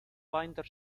binder